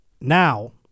now